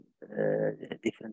different